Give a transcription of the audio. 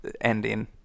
ending